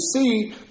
see